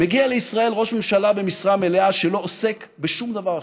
מגיע לישראל ראש ממשלה במשרה מלאה שלא עוסק בשום דבר אחר.